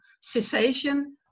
cessation